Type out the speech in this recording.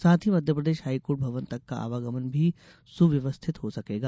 साथ ही मध्यप्रदेश हाईकोर्ट भवन तक का आवागमन भी सुव्यवस्थित हो सकेगा